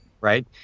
Right